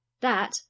That